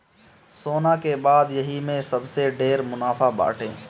सोना के बाद यही में सबसे ढेर मुनाफा बाटे